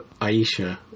Aisha